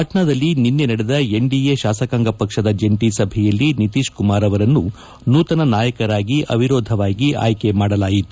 ಪಾಣ್ನಾದಲ್ಲಿ ನಿನ್ನೆ ನಡೆದ ಎನ್ದಿಎ ಶಾಸಕಾಂಗ ಪಕ್ಷದ ಜಂಟಿ ಸಭೆಯಲ್ಲಿ ನಿತೀಶ್ ಕುಮಾರ್ ಅವರನ್ನು ನೂತನ ನಾಯಕರಾಗಿ ಅವಿರೋಧವಾಗಿ ಆಯ್ಕೆ ಮಾಡಲಾಗಿತ್ತು